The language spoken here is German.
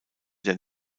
der